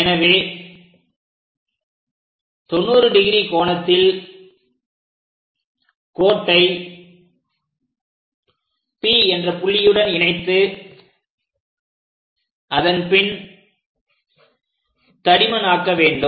எனவே 90° கோணத்தில் கோட்டை P என்ற புள்ளியுடன் இணைத்து அதன் பின் தடிமனாக்க வேண்டும்